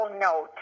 note